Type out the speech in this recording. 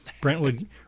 Brentwood